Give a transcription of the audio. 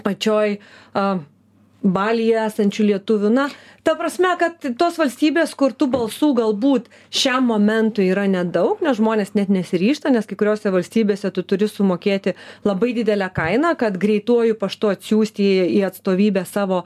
pačioj a balyje esančių lietuvių na ta prasme kad tos valstybės kur tų balsų galbūt šiam momentui yra nedaug nes žmonės net nesiryžta nes kai kuriose valstybėse tu turi sumokėti labai didelę kainą kad greituoju paštu atsiųsti į į atstovybę savo